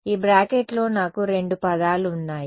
ఈ బ్రాకెట్లో నాకు రెండు పదాలు ఉన్నాయి